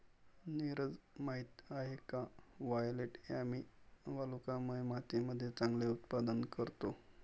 नीरज माहित आहे का वायलेट यामी वालुकामय मातीमध्ये चांगले उत्पादन करतो?